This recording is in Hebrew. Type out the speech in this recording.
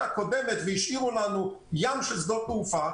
הקודמת והשאירו לנו ים של שדות תעופה,